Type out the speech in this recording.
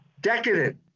decadent